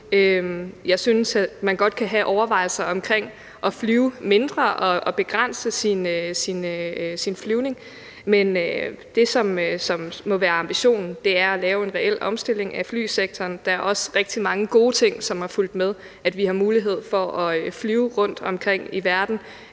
Jeg synes godt, at man kan have overvejelser om at flyve mindre og begrænse sin flyvning, men det, som må være ambitionen, er at lave en reel omstilling af flysektoren. Der er også rigtig mange gode ting, der er fulgt med: at vi har mulighed for at flyve rundtomkring i verden;